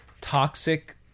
toxic